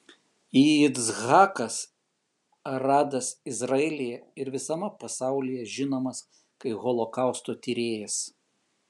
yitzhakas aradas izraelyje ir visame pasaulyje žinomas kaip holokausto tyrėjas